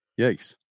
Yikes